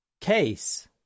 case